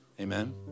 amen